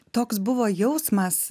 toks buvo jausmas